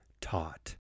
taught